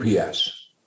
UPS